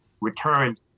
returned